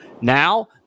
Now